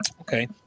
Okay